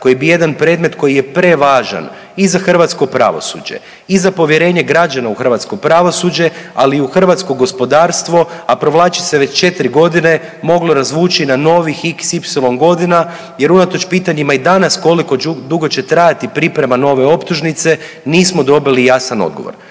koji bi jedan predmet koji je prevažan i za hrvatsko pravosuđe i za povjerenje građana u hrvatsko pravosuđe, ali i u hrvatsko gospodarstvo, a provlači se već 4 godine moglo razvući na novih xy godina jer unatoč pitanjima koliko dugo će trajati priprema nove optužnice nismo dobili jasan odgovor